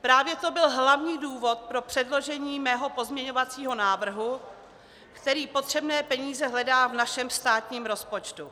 Právě to byl hlavní důvod pro předložení mého pozměňovacího návrhu, který potřebné peníze hledá v našem státním rozpočtu.